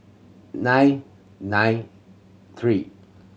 nine nine three